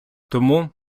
тому